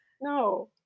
No